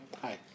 Hi